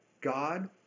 God